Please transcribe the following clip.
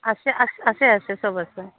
আছে আছে আছে আছে চব আছে